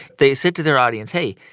they said to their audience, hey,